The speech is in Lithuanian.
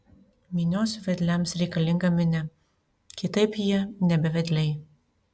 minios vedliams reikalinga minia kitaip jie nebe vedliai